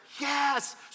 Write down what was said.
Yes